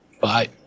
bye